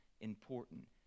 important